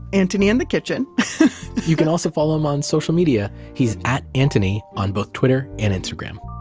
antoni in the kitchen you can also follow him on social media. he's at antoni on both twitter and instagram.